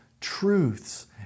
truths